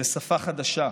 זאת שפה חדשה,